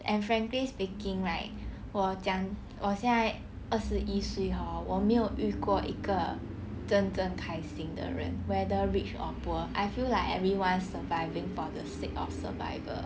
and frankly speaking right 我讲我现在二十一岁 hor 我没有遇过一个真正开心的人 whether rich or poor I feel like everyone's surviving for sake of survival